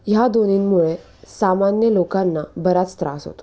ह्या दोन्हींमुळे सामान्य लोकांना बराच त्रास होतो